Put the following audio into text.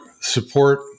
support